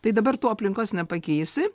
tai dabar tu aplinkos nepakeisi